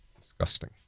Disgusting